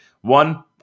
One